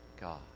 God